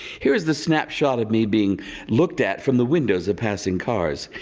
here's the snapshot of me being looked at from the windows of passing cars.